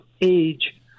age